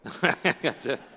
Gotcha